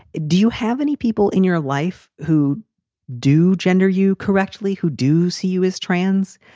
do you have any people in your life who do gender you correctly, who do see you as trans,